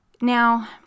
Now